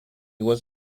was